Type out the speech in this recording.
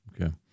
Okay